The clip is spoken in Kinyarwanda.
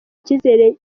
ikizere